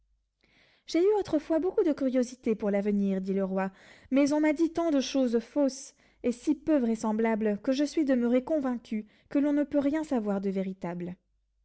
j'ai eu autrefois beaucoup de curiosité pour l'avenir dit le roi mais on m'a dit tant de choses fausses et si peu vraisemblables que je suis demeuré convaincu que l'on ne peut rien savoir de véritable